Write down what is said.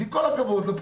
אז עם כל הכבוד לפקידים,